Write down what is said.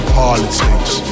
politics